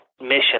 mission